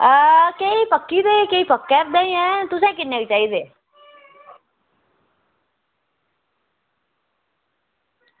हां किश पक्की दे ते किश पक्का दे ऐ तुसेंगी किन्ने के चाहिदे